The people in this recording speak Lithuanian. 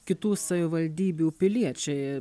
kitų savivaldybių piliečiai